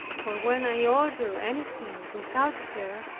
for when i ordered anything without her,